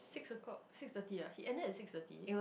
six o'clock six thirty ah he ended at six thirty